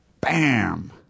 bam